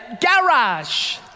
garage